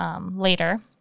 later